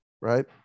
right